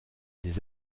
des